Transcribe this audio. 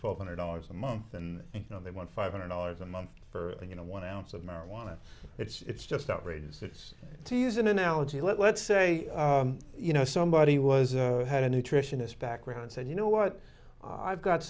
twelve hundred dollars a month and you know they want five hundred dollars a month for you know one ounce of marijuana it's just outrageous to use an analogy let's say you know somebody was had a nutritionist background said you know what i've got